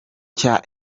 cya